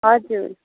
हजुर